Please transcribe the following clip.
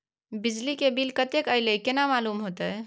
बिजली के बिल कतेक अयले केना मालूम होते?